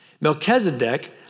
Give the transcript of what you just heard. Melchizedek